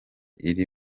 iyi